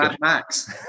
Max